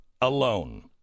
alone